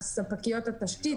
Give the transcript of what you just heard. ספקיות התשתית,